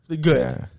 Good